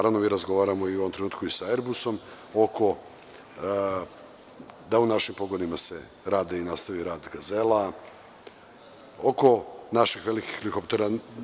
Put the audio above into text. Razgovaramo u ovom trenutku sa „Airbus“ da se u našim pogonima radi i nastavi rad „Gazela“ oko naših velikih helikoptera.